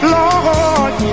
Lord